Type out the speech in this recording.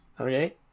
Okay